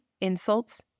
insults